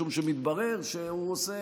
משום שמתברר שהוא עושה,